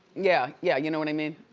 yeah, yeah, you know what i mean.